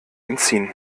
entziehen